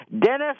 Dennis